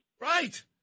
Right